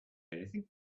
anything